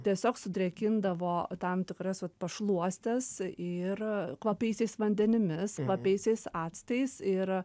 tiesiog sudrėkindavo tam tikras vat pašluostes ir kvapiaisiais vandenimis kvapiaisiais actais